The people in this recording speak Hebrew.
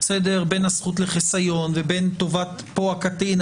בין הזכות לחיסיון ובין טובת הקטין פה,